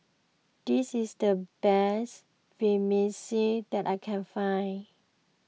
this is the best Vermicelli that I can find